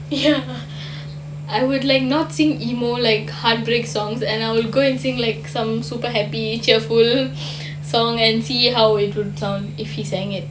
ya I would like not sing emotional like heartbreak songs and I will go and sing like some super happy cheerful song and see how it will sound if he sang it